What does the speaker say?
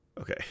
Okay